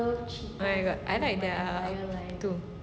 oh my god I like that too